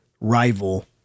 rival